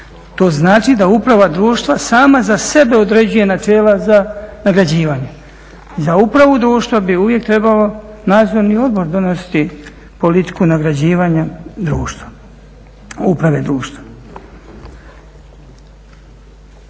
To znači da uprava društva sama za sebe određuje načela za nagrađivanje. Za upravu društva bi uvijek trebalo nadzorni odbor donositi politiku nagrađivanja uprave društva.